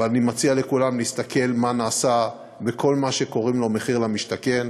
אבל אני מציע לכולם להסתכל מה נעשה בכל מה שקוראים לו מחיר למשתכן.